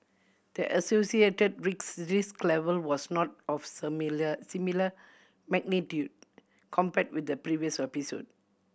the associated risk level was not of similar magnitude compared with the previous episode